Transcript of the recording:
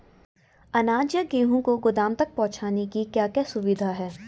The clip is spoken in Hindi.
अनाज या गेहूँ को गोदाम तक पहुंचाने की क्या क्या सुविधा है?